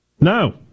No